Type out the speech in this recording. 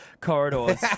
corridors